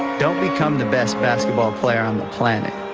don't become the best basketball player on the planet,